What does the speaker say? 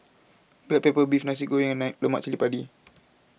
Black Pepper Beef Nasi Goreng and Lemak Cili Padi